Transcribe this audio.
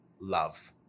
love